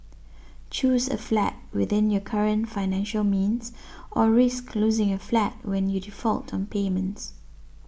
choose a flat within your current financial means or risk losing your flat when you default on payments